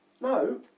no